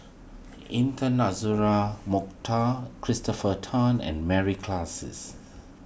Intan Azura Mokhtar Christopher Tan and Mary Klasses